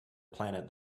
planet